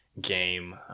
game